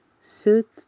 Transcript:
suit